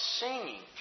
singing